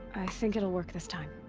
i think it'll work this time.